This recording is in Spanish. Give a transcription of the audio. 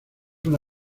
una